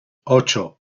ocho